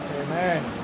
Amen